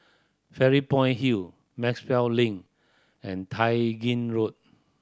Fairy Point Hill Maxwell Link and Tai Gin Road